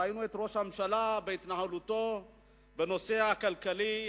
ראינו את ראש הממשלה בהתנהלותו בנושא הכלכלי,